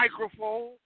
microphone